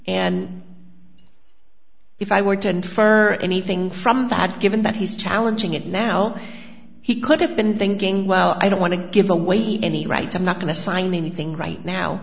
and if i were to infer anything from that given that he's challenging it now he could have been thinking well i don't want to give away any rights i'm not going to sign anything right now